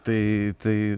tai tai